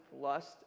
lust